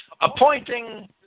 appointing